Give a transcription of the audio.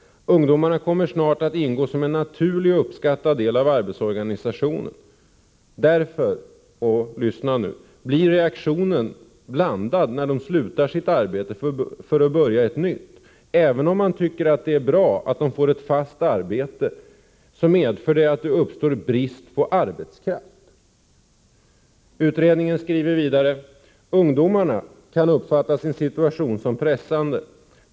Ungdomarna kommer snart att ingå som en naturlig och uppskattad del av arbetsorganisationen. Därför” — lyssna nu — ”blir reaktionen blandad när de slutar sitt arbete för att börja ett nytt. Även om man tycker att det är bra att de får ett fast arbete medför det att det ”uppstår brist på arbetskraft”.” Utredningen säger också att ”ungdomarna kan uppfatta sin situation som pressande.